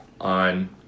on